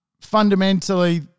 fundamentally